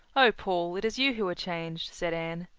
oh, paul, it is you who are changed, said anne.